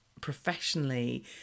professionally